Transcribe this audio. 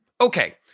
Okay